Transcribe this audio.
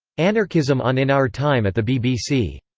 anarchism on in our time at the bbc